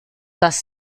das